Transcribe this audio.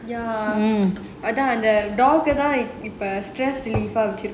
ya இப்ப அந்த இப்ப:ippa antha ippa stress reliever இருக்கு:irukku